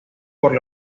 por